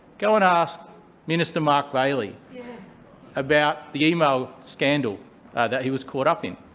go and ask minister mark bailey about the email scandal that he was caught up in.